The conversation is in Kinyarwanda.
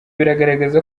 biragaragaza